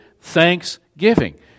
thanksgiving